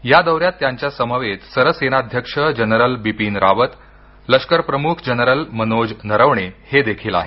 या दौऱ्यात त्यांच्या समवेत सर सेनाध्यक्ष जनरल बिपीन रावत लष्कर प्रमुख जनरल मनोज नरवणे हे देखील आहेत